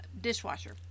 dishwasher